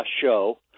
show